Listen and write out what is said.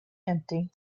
empty